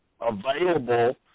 available